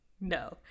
No